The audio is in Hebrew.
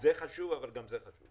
זה חשוב, אבל גם זה חשוב.